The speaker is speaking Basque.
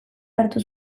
hartu